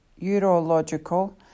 urological